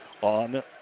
on